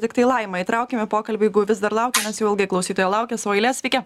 tiktai laimą įtraukiam į pokalbį jeigu vis dar laukia nes jau ligai klausytoja laukia savo eilės sveiki